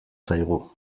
zaigu